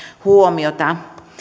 huomiota